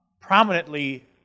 prominently